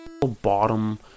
bottom